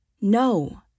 No